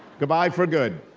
goodbye for good.